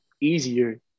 easier